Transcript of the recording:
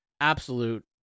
absolute